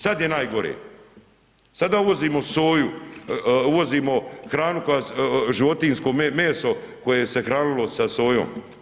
Sad je najgore, sada uvozimo soju, uvozimo hranu koja se, životinjsko meso koje se hranilo sa sojom.